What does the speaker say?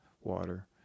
water